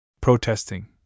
Protesting